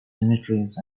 cemeteries